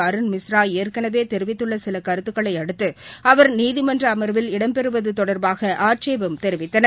அருண் மிஸ்ரா ஏற்கனவே தெரிவித்துள்ள சில கருத்துக்களை அடுத்து அவர் நீதிமன்ற அமர்வில் இடம் பெறுவது தொடர்பாக ஆட்சேபம் தெரிவித்தனர்